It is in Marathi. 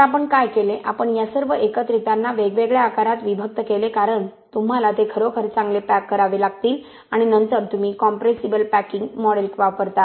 तर आपण काय केले आपण या सर्व एकत्रितांना वेगवेगळ्या आकारात विभक्त केले कारण तुम्हाला ते खरोखर चांगले पॅक करावे लागतील आणि नंतर तुम्ही कॉम्प्रेसिबल पॅकिंग मॉडेल वापरता